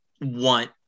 want